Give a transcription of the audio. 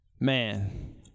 man